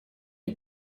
die